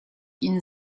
ihnen